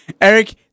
Eric